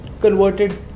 converted